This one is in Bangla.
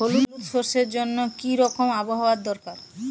হলুদ সরষে জন্য কি রকম আবহাওয়ার দরকার?